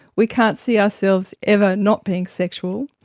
we can't see ourselves ever not being sexual,